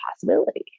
possibility